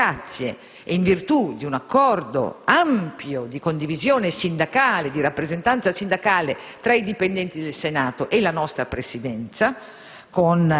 e solo grazie ed in virtù di un accordo ampio, di condivisione e di rappresentanza sindacale tra i dipendenti del Senato e la nostra Presidenza,